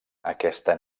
aquesta